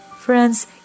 Friends